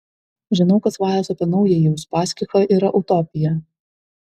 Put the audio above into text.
žinau kad svajos apie naująjį uspaskichą yra utopija